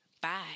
Bye